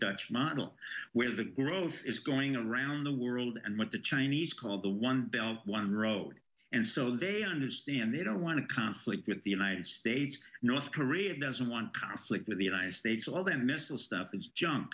dutch model where the growth is going around the world and what the chinese call the one one road and so they understand they don't want to conflict with the united states north korea doesn't want conflict with the united states or their missile stuff it's junk